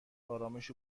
ارامش